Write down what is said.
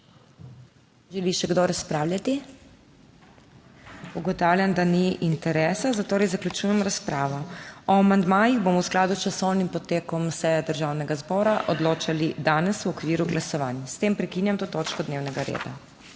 Želi še kdo razpravljati? Ugotavljam, da ni interesa, zatorej zaključujem razpravo. O amandmajih bomo v skladu s časovnim potekom seje Državnega zbora odločali danes v okviru glasovanj. S tem prekinjam to točko dnevnega reda.